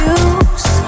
use